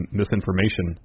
misinformation